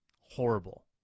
Horrible